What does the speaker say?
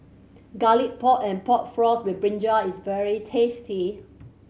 Garlic Pork and Pork Floss with brinjal is very tasty